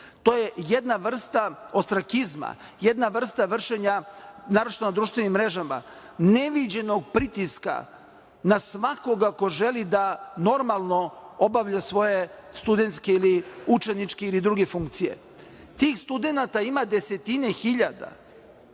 To je jedna vrsta ostrakizma, jedna vrsta vršenja, naročito na društvenim mrežama, neviđenog pritiska na svakoga ko želi da normalno obavlja svoje studentske ili učeničke ili druge funkcije. Tih studenata ima desetine hiljada.